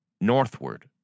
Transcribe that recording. northward